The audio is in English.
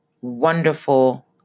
wonderful